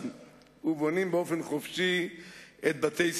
ובונים באופן חופשי את גני-ילדיהם,